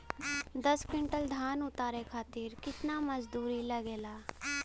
दस क्विंटल धान उतारे खातिर कितना मजदूरी लगे ला?